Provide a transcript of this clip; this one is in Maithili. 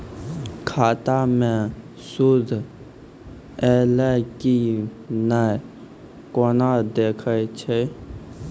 खाता मे सूद एलय की ने कोना देखय छै?